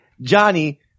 Johnny